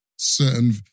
certain